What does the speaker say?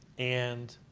and,